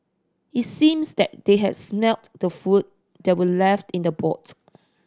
it seems that they had smelt the food that were left in the boot